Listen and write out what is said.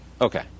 Okay